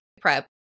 prep